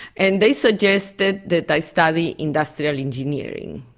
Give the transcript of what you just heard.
and they suggested that i study industrial engineering.